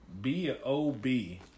B-O-B